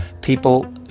people